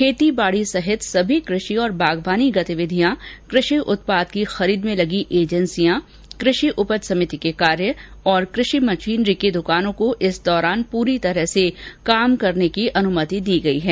खेती बाड़ी सहित सभी कृषि और बागबानी गतिविधियां कृषि उत्पाद की खरीद में लगी एजेंसियांकृषि उपज समिति के कार्य और कृषि मशीनरी की दुकानों को इस दौरान पूरी तरह से काम करने की स्वीकृति दी गई है